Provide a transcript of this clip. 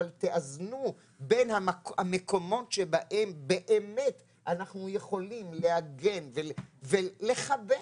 אבל תאזנו בין המקומות שבהם באמת אנחנו יכולים להגן ולחבק.